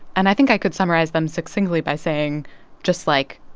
and i think i could summarize them succinctly by saying just, like,